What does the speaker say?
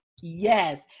Yes